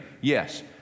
yes